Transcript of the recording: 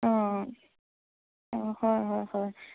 অঁ অঁ হয় হয় হয়